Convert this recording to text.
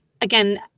again